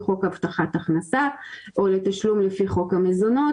חוק הבטחת הכנסה או לתשלום לפי חוק המזונות.